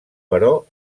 però